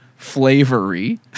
Flavory